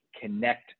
connect